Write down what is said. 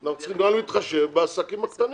אנחנו צריכים גם להתחשב בעסקים הקטנים.